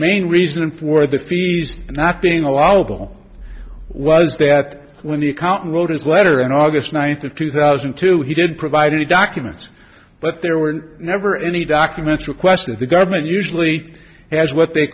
main reason for the fees and not being allowed will was that when the accountant wrote his letter in august ninth of two thousand and two he did provide any documents but there were never any documents requested the government usually has what they